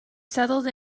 settled